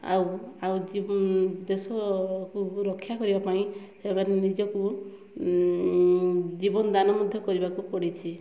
ଆଉ ଆଉ କି ଦେଶକୁ ରକ୍ଷା କରିବା ପାଇଁ ହେମାନେ ନିଜକୁ ଜୀବନ ଦାନ ମଧ୍ୟ କରିବାକୁ ପଡ଼ିଛି